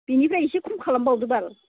बिनिफ्राय एसे खम खालामबावदो बाल